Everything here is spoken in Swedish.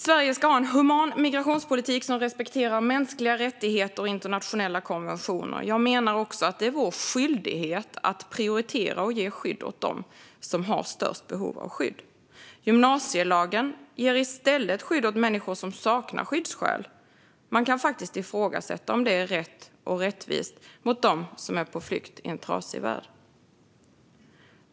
Sverige ska ha en human migrationspolitik som respekterar mänskliga rättigheter och internationella konventioner. Jag menar att det också är vår skyldighet att prioritera att ge skydd åt dem som har störst behov av skydd. Gymnasielagen ger i stället skydd åt människor som saknar skyddsskäl. Man kan faktiskt ifrågasätta om detta är rätt och rättvist mot dem som är på flykt i en trasig värld.